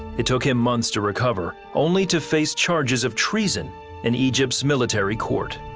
it took him months to recover, only to face charges of treason in egypt's military court.